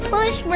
Push